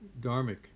dharmic